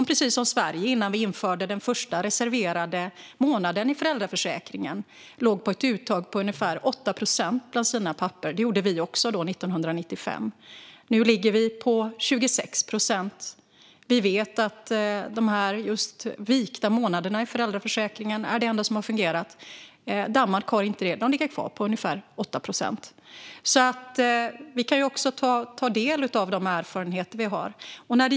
Precis som Sverige gjorde innan vi införde den första reserverade månaden i föräldraförsäkringen ligger man i Danmark på ett uttag på ungefär 8 procent bland papporna. Det gjorde vi också i Sverige då, 1995. Nu ligger vi på 26 procent. Vi vet att just de vikta månaderna i föräldraförsäkringen är det enda som har fungerat. Danmark har inte detta, och de ligger kvar på ungefär 8 procent. Vi kan ta del av de erfarenheter vi har.